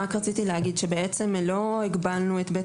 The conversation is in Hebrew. רציתי לומר שבעצם לא הגבלנו את בית